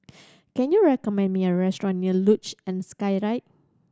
can you recommend me a restaurant near Luge and Skyride